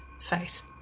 face